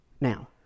Now